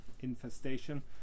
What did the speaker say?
infestation